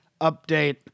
update